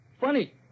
Funny